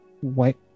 White